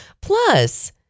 plus